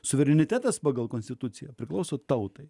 suverenitetas pagal konstituciją priklauso tautai